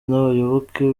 n’abayoboke